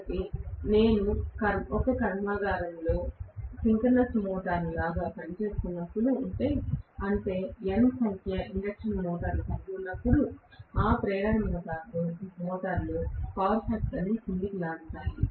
కాబట్టి నేను ఒక కర్మాగారంలో సింక్రోనస్ మోటారుగా ఉన్నప్పుడు అంటే N సంఖ్య ఇండక్షన్ మోటార్లు కలిగి ఉన్నప్పుడు ఆ ప్రేరణ మోటార్లు శక్తి కారకాన్ని క్రిందికి లాగుతాయి